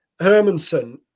Hermanson